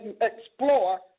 explore